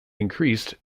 increased